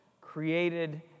created